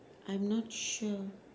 I'm not sure